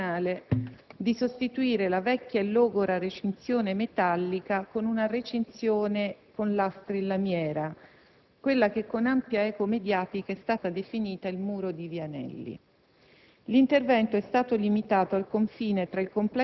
è stata certamente la decisione dell'amministrazione comunale di sostituire la vecchia e logora recinzione metallica con una recinzione con lastre in lamiera, quella che, con ampia eco mediatica, è stato definita «il muro di via Anelli».